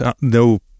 no